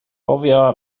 cofia